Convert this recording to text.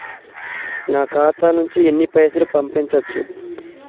నా ఖాతా నుంచి ఎన్ని పైసలు పంపించచ్చు?